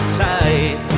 tight